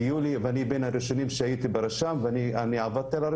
אני בין הראשונים שהייתי ברשם ועבדתי על הרשם.